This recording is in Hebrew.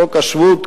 חוק השבות,